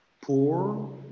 poor